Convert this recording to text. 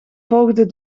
volgde